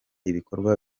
ibikorwa